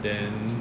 then